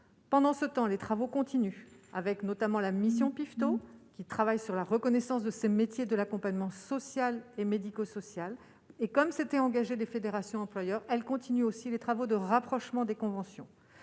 pendant ce temps, les travaux continuent, avec notamment la mission Piveteau, qui travaille sur la reconnaissance de ces métiers de l'accompagnement social et médico-social et comme s'était engagé des fédérations employeur elle continue aussi les travaux de rapprochement des conventions,